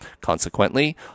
Consequently